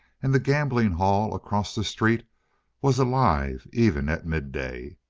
and the gambling hall across the street was alive even at midday.